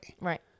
Right